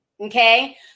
okay